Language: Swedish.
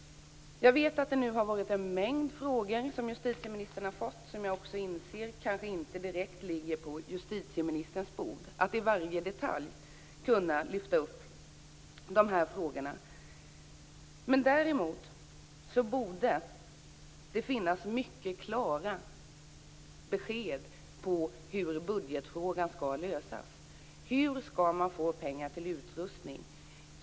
Jag vet att det nu har varit en mängd frågor som justitieministern har fått. Jag inser också att det kanske inte direkt ligger på justitieministerns bord att i varje detalj kunna lyfta upp de här frågorna. Däremot borde det finnas mycket klara besked om hur budgetfrågan skall lösas. Hur skall man få pengar till utrustning?